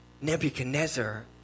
Nebuchadnezzar